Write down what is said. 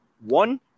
One